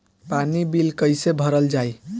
पानी बिल कइसे भरल जाई?